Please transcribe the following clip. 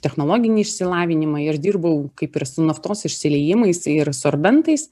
technologinį išsilavinimą ir dirbau kaip ir su naftos išsiliejimais ir sorbentais